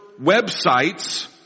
websites